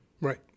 Right